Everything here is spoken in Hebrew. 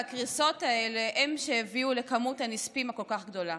והקריסות האלה הן שהביאו לכמות הנספים הכל-כך גדולה.